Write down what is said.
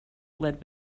led